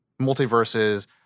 multiverses